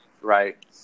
right